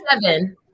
Seven